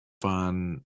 fun